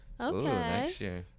Okay